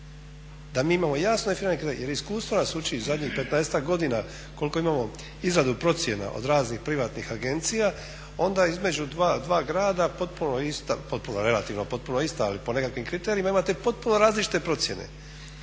da mi imamo jasno definirane kriterije jer iskustvo nas uči zadnjih 15-ak godina koliko imamo izradu procjena od raznih privatnih agencija, onda između dva grada relativno potpuno ista ali po nekakvim kriterijima imate potpuno različite procjena.